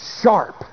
sharp